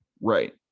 Right